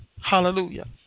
Hallelujah